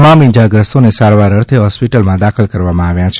તમામ ઇજાગ્રસ્તોને સારવાર અર્થે હોસ્પિટલ દાખલ કરવામાં આવ્યા છે